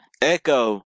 Echo